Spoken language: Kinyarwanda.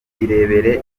irebere